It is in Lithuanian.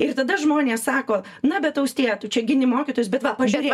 ir tada žmonės sako na bet austėja tu čia gini mokytojus bet va pažiūrėk